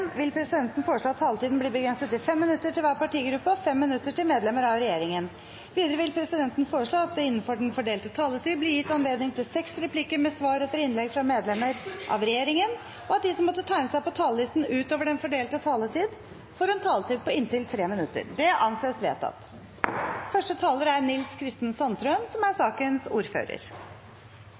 vil presidenten foreslå at taletiden begrenses til 5 minutter til hver partigruppe og 5 minutter til medlemmer av regjeringen. Videre vil presidenten foreslå at det – innenfor den fordelte taletid – blir gitt anledning til inntil seks replikker med svar etter innlegg fra medlemmer av regjeringen, og at de som måtte tegne seg på talerlisten utover den fordelte taletid, får en taletid på inntil 3 minutter. – Det anses vedtatt. Det er